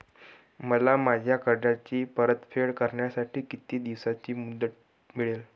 मला माझ्या कर्जाची परतफेड करण्यासाठी किती दिवसांची मुदत मिळेल?